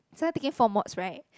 Sarah taking four mods [right]